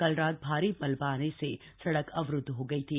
कल रात भारी मलबा आने से सड़क अवरुद्ध हो गई थी